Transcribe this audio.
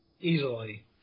Easily